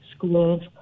schools